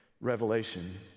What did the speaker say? revelation